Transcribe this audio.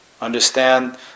Understand